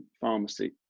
pharmacy